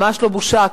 ממש לא בושה.